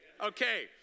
Okay